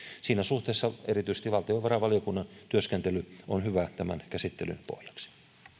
siinä suhteessa erityisesti valtiovarainvaliokunnan työskentely on hyvä tämän käsittelyn pohjaksi